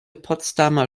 potsdamer